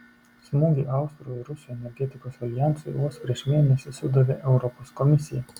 smūgį austrų ir rusų energetikos aljansui vos prieš mėnesį sudavė europos komisija